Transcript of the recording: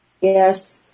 Yes